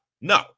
No